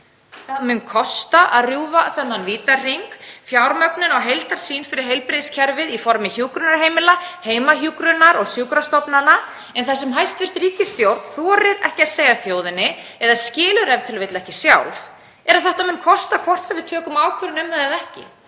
Það mun kosta að rjúfa þennan vítahring fjármögnunar á heildarsýn fyrir heilbrigðiskerfið í formi hjúkrunarheimila, heimahjúkrunar og sjúkrastofnana, en það sem hæstv. ríkisstjórn þorir ekki að segja þjóðinni eða skilur ef til vill ekki sjálf er að þetta mun kosta, hvort sem við tökum ákvörðun um það eða ekki.